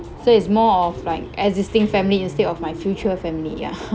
so is more of like existing family instead of my future family ya